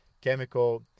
chemical